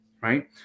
right